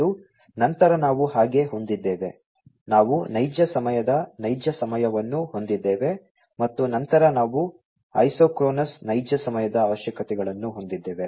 ಮತ್ತು ನಂತರ ನಾವು ಹಾಗೆ ಹೊಂದಿದ್ದೇವೆ ನಾವು ನೈಜ ಸಮಯದ ನೈಜ ಸಮಯವನ್ನು ಹೊಂದಿದ್ದೇವೆ ಮತ್ತು ನಂತರ ನಾವು ಐಸೋಕ್ರೋನಸ್ ನೈಜ ಸಮಯದ ಅವಶ್ಯಕತೆಗಳನ್ನು ಹೊಂದಿದ್ದೇವೆ